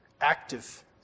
active